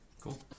Cool